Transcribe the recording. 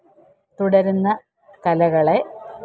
തുടരുന്ന കലകളെ